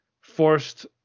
forced